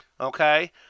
okay